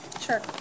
Sure